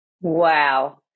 Wow